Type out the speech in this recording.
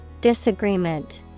disagreement